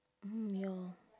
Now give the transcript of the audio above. mm ya